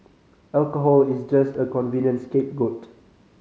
alcohol is just a convenient scapegoat